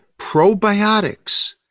probiotics